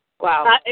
Wow